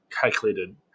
calculated